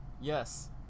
Yes